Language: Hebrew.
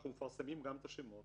אנחנו מפרסמים גם את השמות.